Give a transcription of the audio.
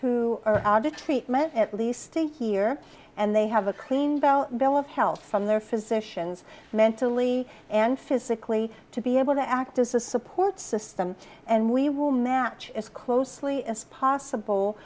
who are addicts treatment at least still here and they have a clean bill bill of health from their physicians mentally and physically to be able to act as a support system and we will match as closely as possible